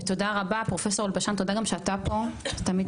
תודה רבה, תודה פרופסור אלבשן גם שאתה פה איתנו.